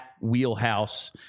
wheelhouse